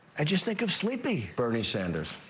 i just think of sleepy. bernie sanders.